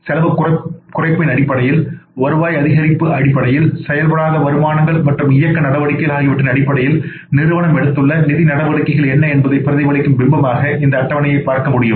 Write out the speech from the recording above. செலவுக் குறைப்பின் அடிப்படையில் வருவாய் அதிகரிப்பு அடிப்படையில் செயல்படாத வருமானங்கள் மற்றும் இயக்க நடவடிக்கைகள் ஆகியவற்றின் அடிப்படையில் நிறுவனம் எடுத்துள்ள நிதி நடவடிக்கைகள் என்ன என்பதை பிரதிபலிக்கும் பிம்பமாக இந்த அட்டவணையை பார்க்க முடியும்